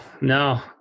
no